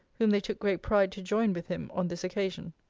whom they took great pride to join with him on this occasion.